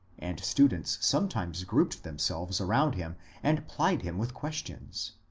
and students sometimes grouped themselves around him and plied him with questions.